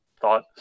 thought